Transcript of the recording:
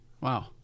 wow